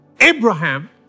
Abraham